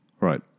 Right